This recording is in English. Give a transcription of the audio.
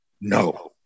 No